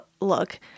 look